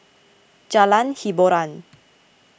Jalan Hiboran